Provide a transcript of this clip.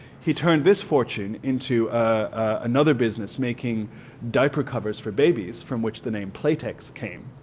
he turned this fortune into another business making diaper covers for babies from which the name playtex came.